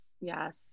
Yes